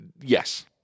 yes